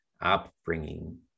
upbringing